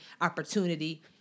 opportunity